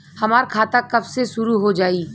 हमार खाता कब से शूरू हो जाई?